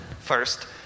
first